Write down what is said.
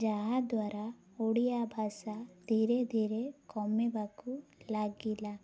ଯାହାଦ୍ୱାରା ଓଡ଼ିଆ ଭାଷା ଧୀରେ ଧୀରେ କମିବାକୁ ଲାଗିଲା